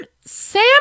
Sam